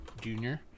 junior